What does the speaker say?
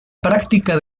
práctica